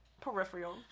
peripheral